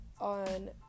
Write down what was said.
on